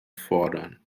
fordern